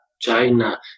China